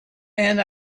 and